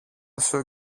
σου